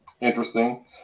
interesting